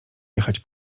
jechać